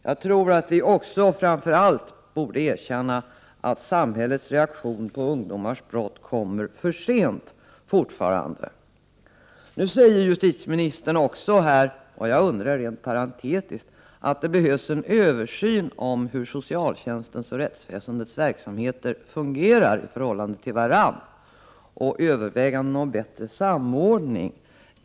Jag tror att vi framför allt borde erkänna att samhällets reaktioner på ungdomsbrott fortfarande kommer för sent. Justitieministern säger — jag tror rent parentetiskt — att det behövs en översyn av hur socialtjänstens och rättsväsendets verksamheter fungerar i förhållande till varandra samt överväganden om en bättre samordning.